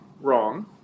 wrong